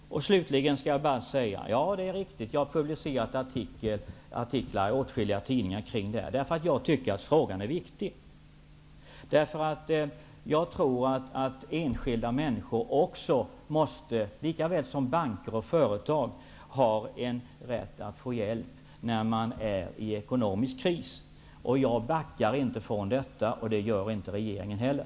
Avslutningsvis vill jag säga att det är riktigt att jag har publicerat åtskilliga artiklar i denna fråga, eftersom jag tycker att den är viktig. Jag tror att enskilda människor lika väl som banker och företag har rätt att få hjälp när de hamnar i en ekonomisk kris. Jag backar inte från denna uppfattning, och det gör inte regeringen heller.